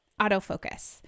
autofocus